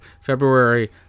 february